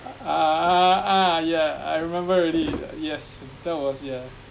ah ah ah yeah I remember already yes that was yeah